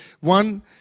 One